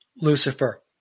Lucifer